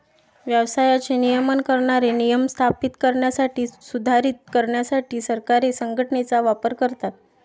व्यवसायाचे नियमन करणारे नियम स्थापित करण्यासाठी, सुधारित करण्यासाठी सरकारे संघटनेचा वापर करतात